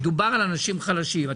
מדובר באנשים חלשים.